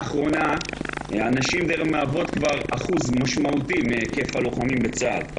הנשים מהוות כבר אחוז משמעותי מהיקף הלוחמים בצה"ל.